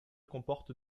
comporte